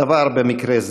במקרה זה.